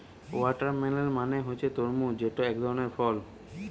watermelon মানে হচ্ছে তরমুজ যেটা একধরনের ফল